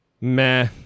Meh